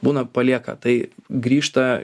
būna palieka tai grįžta